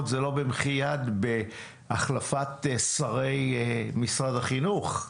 זה לא במחי יד בהחלפת שרי משרד החינוך.